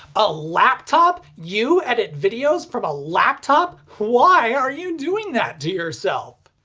a laptop? you edit videos from a laptop? why are you doing that to yourself?